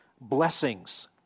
blessings